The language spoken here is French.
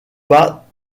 pas